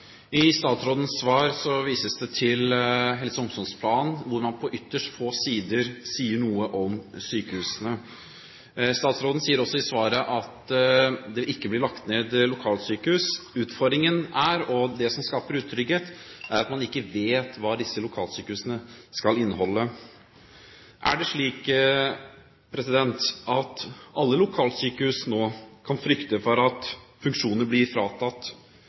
I statsrådens svar vises det til helse- og omsorgsplanen, hvor man på ytterst få sider sier noe om sykehusene. Statsråden sier også i svaret at det ikke blir lagt ned lokalsykehus. Det som er utfordringen, og som skaper utrygghet, er at man ikke vet hva disse lokalsykehusene skal inneholde. Er det slik at alle lokalsykehus nå kan frykte at funksjoner blir